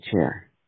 chair